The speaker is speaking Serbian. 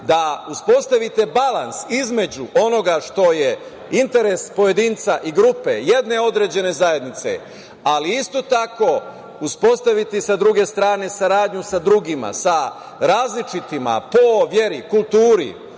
da uspostavite balans između onoga što je interes pojedinca i grupe jedne određene zajednice, ali isto tako uspostaviti sa druge strane saradnju sa drugima, sa različitima po veri, kulturi,